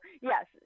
yes